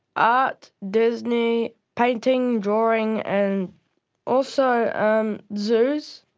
art, disney, painting, drawing and also um zoos,